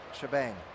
shebang